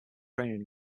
training